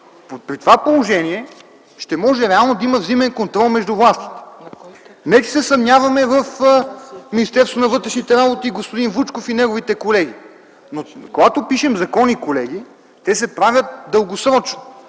При това положение ще може да има реално взаимен контрол между властите. Не че се съмняваме в Министерството на вътрешните работи, в господин Вучков и неговите колеги, но когато пишем закони, колеги, те се правят дългосрочно.